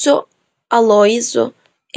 su aloyzu